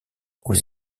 aux